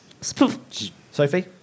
Sophie